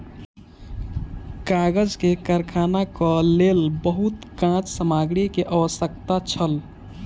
कागज के कारखानाक लेल बहुत काँच सामग्री के आवश्यकता छल